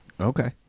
Okay